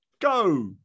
go